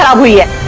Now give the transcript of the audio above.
ah we are